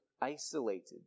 isolated